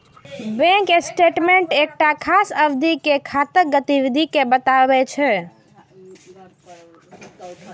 bank statement एकटा खास अवधि मे खाताक गतिविधि कें बतबै छै